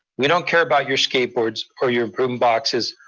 we don't care about your skateboards, or your boom boxes,